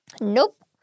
Nope